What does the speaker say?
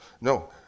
no